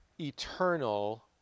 eternal